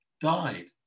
died